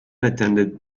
attended